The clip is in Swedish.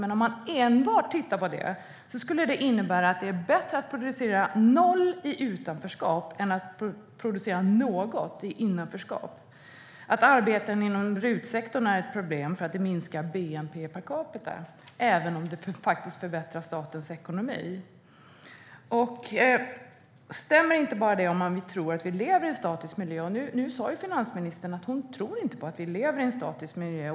Men ser man enbart till det skulle det innebära att det är bättre att producera noll i utanförskap än att producera något i innanförskap och att arbeten inom RUT-sektorn är ett problem för att det minskar bnp per capita även om det faktiskt förbättrar statens ekonomi. Stämmer inte detta bara om vi tror att vi lever i en statisk miljö? Finansministern sa att hon inte tror att vi lever i en statisk miljö.